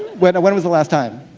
when when was the last time?